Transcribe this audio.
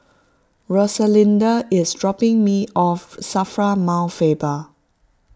Rosalinda is dropping me off Safra Mount Faber